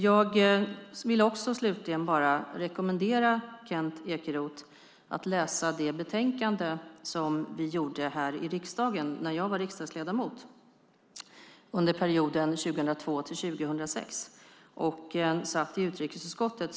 Jag vill slutligen också bara rekommendera Kent Ekeroth att läsa det betänkande som utrikesutskottet här i riksdagen skrev när jag var riksdagsledamot under perioden 2002-2006.